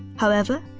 however,